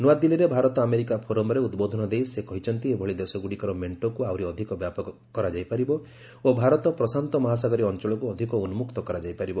ନୂଆଦିଲ୍ଲୀରେ ଭାରତ ଆମେରିକା ଫୋରମ୍ରେ ଉଦ୍ବୋଧନ ଦେଇ ସେ କହିଚ୍ଚନ୍ତି ଏଭଳି ଦେଶଗୁଡ଼ିକର ମେଣ୍ଟକୁ ଆହୁରି ଅଧିକ ବ୍ୟାପକ କରାଯାଇପାରିବ ଓ ଭାରତ ପ୍ରଶାନ୍ତ ମହାସାଗରୀୟ ଅଞ୍ଚଳକୁ ଅଧିକ ଉନ୍ନକ୍ତ କରାଯାଇପାରିବ